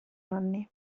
anni